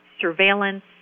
surveillance